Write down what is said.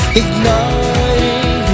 igniting